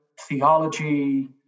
theology